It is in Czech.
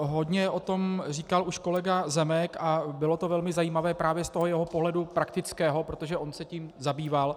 Hodně o tom říkal už kolega Zemek a bylo to velmi zajímavé právě z jeho pohledu praktického, protože on se tím zabýval.